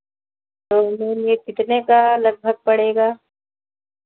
तो ये कितने का लगभग पड़ेगा